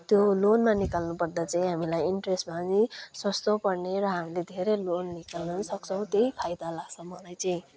त्यो लोनमा निकाल्नु पर्दा चाहिँ हामीलाई इन्ट्रेस्ट भए पनि सस्तो पर्ने र हामीले धेरै लोन निकाल्नु पनि सक्छौँ त्यही फाइदा लाग्छ मलाई चाहिँ